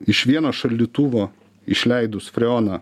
iš vieno šaldytuvo išleidus freoną